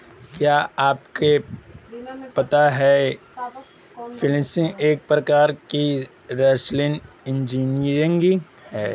क्या आपको पता है फ़िशिंग एक प्रकार की सोशल इंजीनियरिंग है?